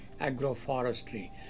agroforestry